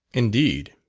indeed,